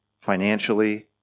financially